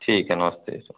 ठीक है नमस्ते सर